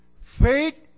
Faith